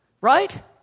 right